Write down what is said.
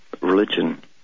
religion